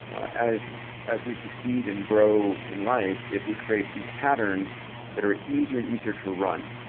as as we succeed and grow in life, is we create these patterns that are easier and easier to run.